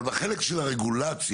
אבל בחלק של הרגולציה,